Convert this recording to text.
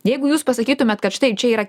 jeigu jūs pasakytumėt kad štai čia yra